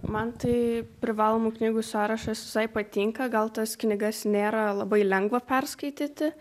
man tai privalomų knygų sąrašas visai patinka gal tas knygas nėra labai lengva perskaityti